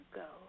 go